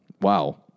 Wow